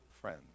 friends